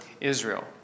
Israel